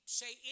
say